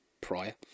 prior